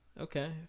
okay